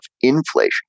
inflation